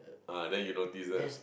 ah then you notice right